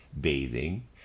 bathing